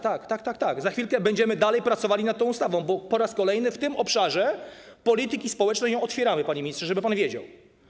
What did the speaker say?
Tak, za chwilkę będziemy dalej pracowali nad tą ustawą, po raz kolejny w tym obszarze polityki społecznej ją otwieramy, panie ministrze, żeby pan wiedział.